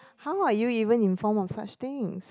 how are you even informed of such things